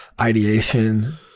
ideation